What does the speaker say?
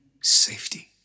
safety